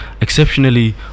exceptionally